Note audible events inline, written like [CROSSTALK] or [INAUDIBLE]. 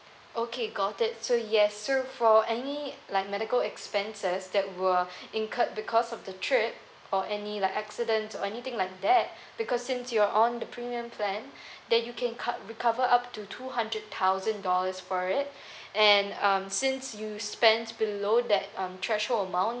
okay got it so yes so for any like medical expenses that were [BREATH] incurred because of the trip or any like accident or anything like that [BREATH] because since you're on the premium plan [BREATH] then you can cov~ recover up to two hundred thousand dollars for it [BREATH] and um since you spends below that um threshold amount